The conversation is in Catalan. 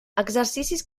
exercicis